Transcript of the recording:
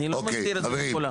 אני לא מסתיר את זה מכולם.